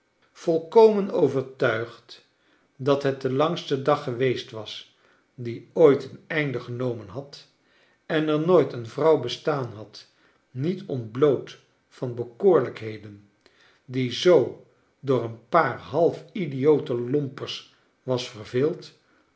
volkonicn overtuigd dat het de langste dag geweest was die ooit een einde genomen had en er nooit een vrouw bestaan had niet ontbloot van bekoorlijkheden die zoo door een paar half idiote lomperds was verve